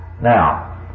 now